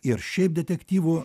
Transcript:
ir šiaip detektyvų